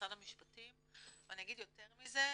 במשרד המשפטים ואני אגיד יותר מזה,